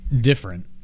different